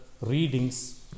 readings